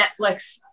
Netflix